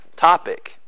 topic